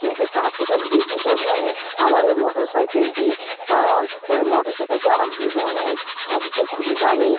কিন্তু তার থেকে বেশি যত্ন নিই আমার ওই মোটর সাইকেলটি কারণ ওই মোটর সাইকেলটি আমার জীবনে সবচেয়ে খুবই দামি